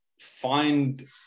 find